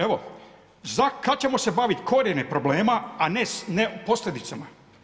Evo kad ćemo se baviti, korijene problema, a ne posljedicama.